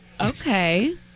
Okay